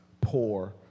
poor